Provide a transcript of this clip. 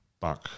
back